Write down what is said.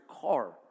car